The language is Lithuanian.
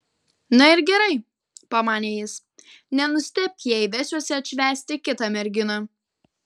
na ir gerai pamanė jis nenustebk jei vesiuosi atšvęsti kitą merginą